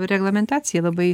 reglamentacija labai